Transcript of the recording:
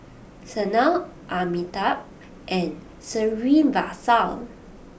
Sanal Amitabh and Srinivasa